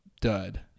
dud